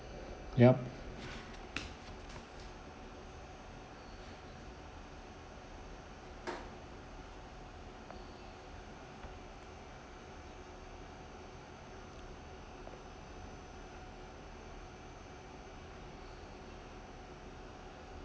yup